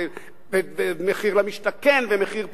ומחיר למשתכן ומחיר פה?